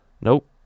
Nope